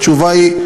התשובה היא: